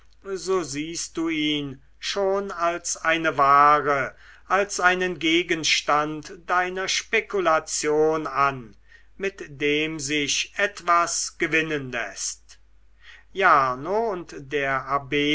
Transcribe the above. so siehst du ihn schon als eine ware als einen gegenstand deiner spekulation an mit dem sich etwas gewinnen läßt jarno und der abb